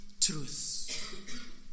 truth